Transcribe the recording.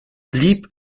blieb